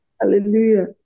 Hallelujah